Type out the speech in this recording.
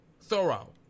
thorough